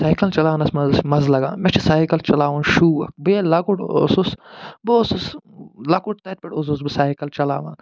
cycle چَلاونس منٛز حظ چھُ مَزٕ لَگان مےٚ چھُ سایکل چَلاوُن شوق بہٕ ییٚلہِ لۄکُٹ اوسُس بہٕ اوسُس لۄکُٹ تَتہِ پٮ۪ٹھ اوسُس بہٕ سایکل چَلاوان